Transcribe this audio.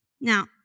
Now